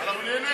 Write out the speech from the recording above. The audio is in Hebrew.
אנחנו נהיה נגד.